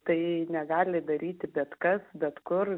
tai negali daryti bet kas bet kur